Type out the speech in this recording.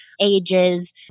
ages